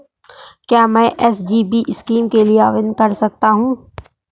क्या मैं SGB scheme के लिए आवेदन कर सकता हूँ?